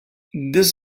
this